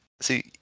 see